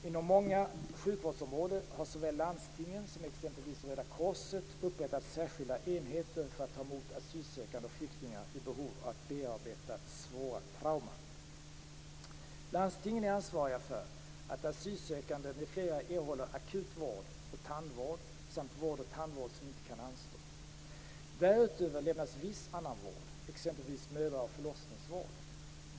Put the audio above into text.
Inom många sjukvårdsområden har såväl landstingen som exempelvis Röda korset upprättat särskilda enheter för att ta emot asylsökande och flyktingar i behov av att bearbeta svåra trauman. erhåller akut vård och tandvård samt vård och tandvård som inte kan anstå. Därutöver lämnas viss annan vård, exempelvis mödra och förlossningsvård.